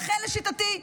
לכן, לשיטתי,